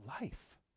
life